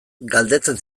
galdetzen